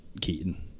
Keaton